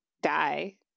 die